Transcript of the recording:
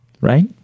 Right